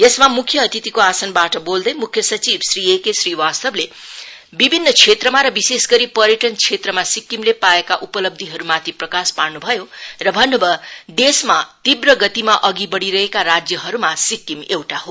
यसमा मुख्य अतिथिको आसनवाट बोल्दै मुख्य सचिव श्री एके श्रीवास्तवले विभिन्न क्षेत्रमा र विशेष गरी पर्यटन क्षेत्रमा सिक्किमले पाएका उपलव्धीहरुमाथि प्रकाश पार्नु भयो र बढ़िरहेका राज्यहरुमा सिक्किम एउटा हो